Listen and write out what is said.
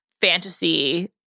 fantasy